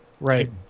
Right